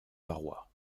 barrois